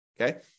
Okay